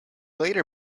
later